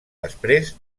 després